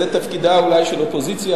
זה תפקידה אולי של אופוזיציה,